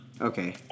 Okay